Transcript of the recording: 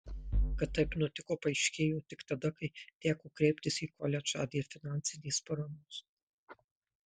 kad taip nutiko paaiškėjo tik tada kai teko kreiptis į koledžą dėl finansinės paramos